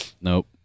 Nope